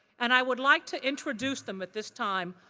and i would like to introduce them at this time.